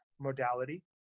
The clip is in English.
modality